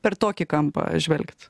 per tokį kampą žvelgt